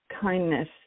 kindness